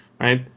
right